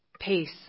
peace